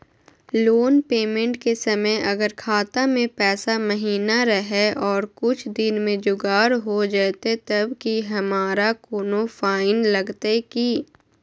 Loan payment के समय अगर खाता में पैसा महिना रहै और कुछ दिन में जुगाड़ हो जयतय तब की हमारा कोनो फाइन लगतय की?